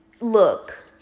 look